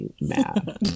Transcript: mad